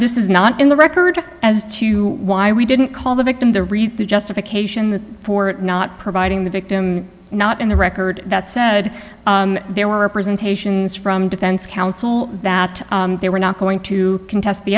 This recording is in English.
this is not in the record as to why we didn't call the victim to read the justification for not providing the victim not in the record that said there were representations from defense counsel that they were not going to contest the